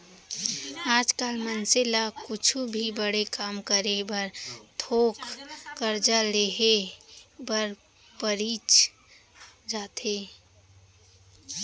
आज काल मनसे ल कुछु भी बड़े काम करे बर थोक करजा लेहे बर परीच जाथे